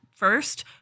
first